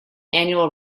annual